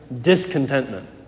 discontentment